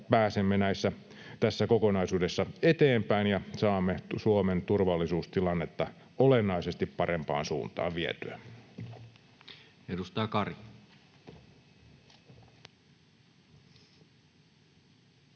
pääsemme tässä kokonaisuudessa eteenpäin ja saamme Suomen turvallisuustilannetta olennaisesti parempaan suuntaan vietyä. Edustaja Kari.